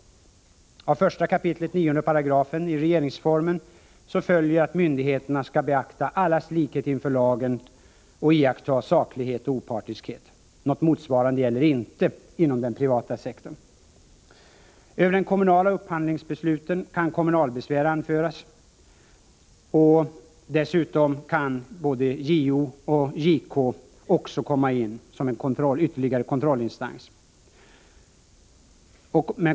Av 1 kap. 9 § regeringsformen följer att myndigheterna skall beakta allas likhet inför lagen samt iaktta saklighet och opartiskhet. Något motsvarande gäller inte inom den privata sektorn. Över kommunala upphandlingsbeslut kan kommunalbesvär anföras. Dessutom kan både JO och JK komma in som en ytterligare kontrollinstans.